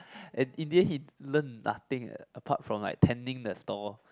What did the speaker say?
and in the end he learned nothing eh apart from like tending the store